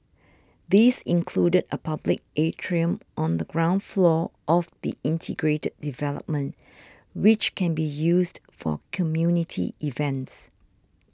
these included a public atrium on the ground floor of the integrated development which can be used for community events